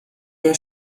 der